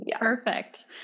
Perfect